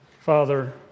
Father